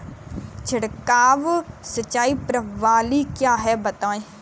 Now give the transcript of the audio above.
छिड़काव सिंचाई प्रणाली क्या है बताएँ?